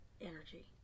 energy